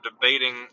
debating